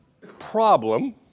problem